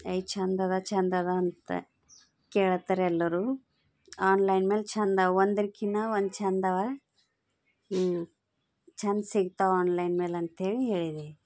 ಏಯ್ ಛಂದದ ಛಂದದ ಅಂತ ಕೇಳ್ತಾರ ಎಲ್ಲರು ಆನ್ಲೈನ್ ಮೇಲೆ ಛಂದ ಒಂದಕ್ಕಿನ ಒಂದು ಛಂದವ ಛಂದ ಸಿಗ್ತವ ಆನ್ಲೈನ್ ಮೇಲೆ ಅಂತ್ಹೇಳಿ ಹೇಳಿದೆ